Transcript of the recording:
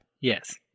Yes